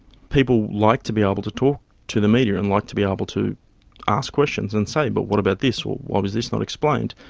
people like to be able talk to to the media and like to be able to ask questions and say, but what about this, or why was this not explained.